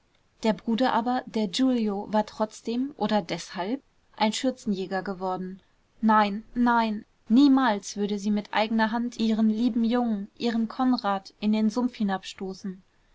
der bruder aber der giulio war trotzdem oder deshalb ein schürzenjäger geworden nein nein niemals würde sie mit eigener hand ihren lieben jungen ihren konrad in den sumpf hinabstoßen